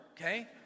okay